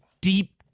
deep